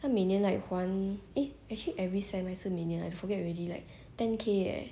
她每年 like 还 eh actually every sem 还是每年是 I forget already like ten K leh